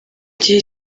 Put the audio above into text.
gihe